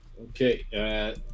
okay